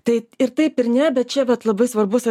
tai ir taip ir ne bet čia vat labai svarbus